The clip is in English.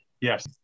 Yes